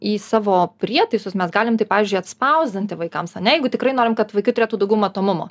į savo prietaisus mes galim tai pavyzdžiui atspausdinti vaikams ane jeigu tikrai norim kad vaikai turėtų daugiau matomumo